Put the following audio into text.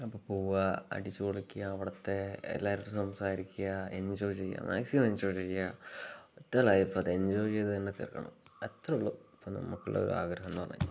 അപ്പം പോകാം അടിച്ച് പൊളിക്കാം അവിടുത്തെ എല്ലാരെടുത്തും സംസാരിക്കുക എൻജോയ് ചെയ്യുക മാക്സിമം എൻജോയ് ചെയ്യുക ഒറ്റ ലൈഫ് അത് എൻജോയ് ചെയ്ത് തന്നെ തീർക്കണം അത്രയെ ഉള്ളൂ ഇപ്പം നമുക്ക് ഉള്ളൊരു ആഗ്രഹം എന്ന് പറഞ്ഞ് കഴിഞ്ഞാൽ